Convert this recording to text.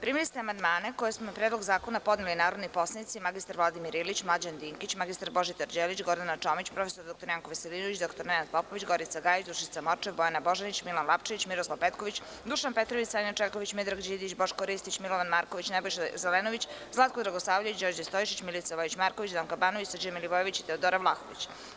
Primili ste amandmane koje su na Predlog zakona podneli narodni poslanici magistar Vladimir Ilić, Mlađan Dinkić, magistar Božidar Đelić, Gordana Čomić, prof. dr Janko Veselinović, dr Nenad Popović, Gorica Gajić, Dušica Morčev, Bojana Božanić, Milan Lapčević, Miroslav Petković, Dušan Petrović, Sanja Čeković, Miodrag Đidić, Boško Ristić, Milovan Marković, Nebojša Zelenović, Zlatko Dragosavljević, Đorđe Stojšić, Milica Vojić Marković, Donka Banković, Srđan Milivojević i Teodora Vlahović.